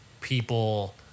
people –